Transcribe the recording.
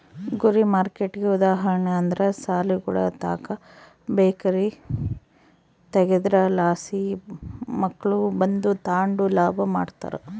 ಗುರಿ ಮಾರ್ಕೆಟ್ಗೆ ಉದಾಹರಣೆ ಅಂದ್ರ ಸಾಲಿಗುಳುತಾಕ ಬೇಕರಿ ತಗೇದ್ರಲಾಸಿ ಮಕ್ಳು ಬಂದು ತಾಂಡು ಲಾಭ ಮಾಡ್ತಾರ